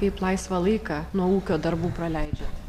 kaip laisvą laiką nuo ūkio darbų praleidžiat